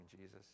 Jesus